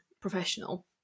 professional